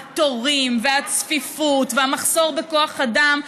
התורים והצפיפות והמחסור בכוח אדם,